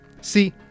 See